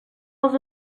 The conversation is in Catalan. els